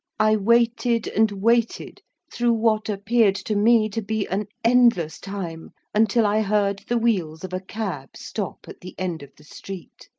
i waited and waited through what appeared to me to be an endless time, until i heard the wheels of a cab stop at the end of the street.